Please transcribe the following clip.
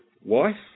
wife